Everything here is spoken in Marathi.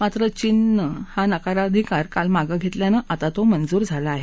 मात्र चीननं हा नकाराधिकार काल मागं घेतल्यानं आता तो मंजूर झाला आहे